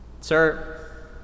sir